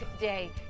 day